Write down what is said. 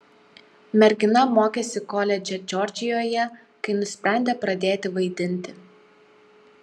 mergina mokėsi koledže džordžijoje kai nusprendė pradėti vaidinti